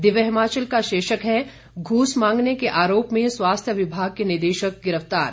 दिव्य हिमाचल का शीर्षक है घूस मांगने के आरोप में स्वास्थ्य विभाग के निदेशक गिरफ्तार